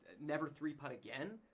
never three putt again,